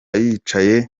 yicaye